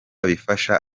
bifasha